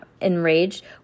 enraged